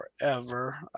forever